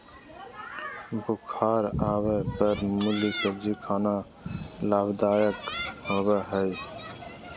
बुखार आवय पर मुली सब्जी खाना लाभदायक होबय हइ